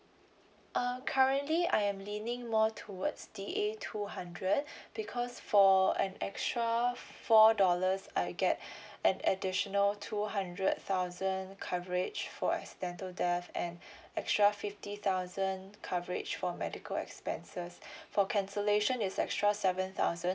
uh currently I am leaning more towards D A two hundred because for an extra four dollars I get an additional two hundred thousand coverage for extend to death and extra fifty thousand coverage for medical expenses for cancellation is extra seven thousand